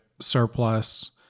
surplus